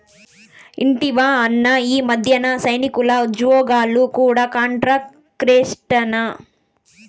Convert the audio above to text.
ఇంటివా అన్నా, ఈ మధ్యన సైనికుల ఉజ్జోగాలు కూడా కాంట్రాక్టేనట